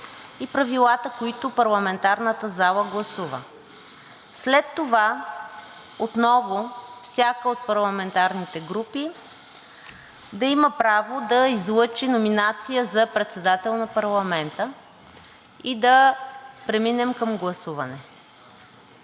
и правилата, които парламентарната зала гласува. След това отново всяка от парламентарните групи да има право да излъчи номинация за председател на парламента и да преминем към гласуване.